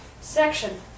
section